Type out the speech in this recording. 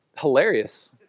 hilarious